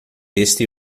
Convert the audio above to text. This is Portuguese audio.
este